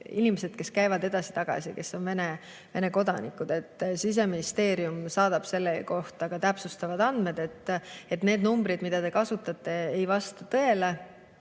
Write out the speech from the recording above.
inimesed, kes käivad edasi-tagasi üle piiri, kes on Vene kodanikud. Siseministeerium saadab selle kohta ka täpsustavad andmed. Need numbrid, mida te kasutate, ei vasta tõele.